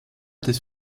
des